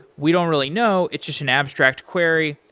we don't really know it's just an abstract query,